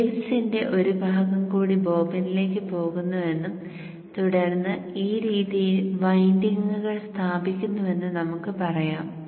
വെവ്സിന്റെ ഒരു ഭാഗം കൂടി ബോബിനിലേക്ക് പോകുന്നുവെന്നും തുടർന്ന് ഈ രീതിയിൽ വൈൻഡിംഗുകൾ സ്ഥാപിക്കുന്നുവെന്നും നമുക്ക് പറയാം